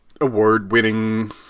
award-winning